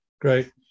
Great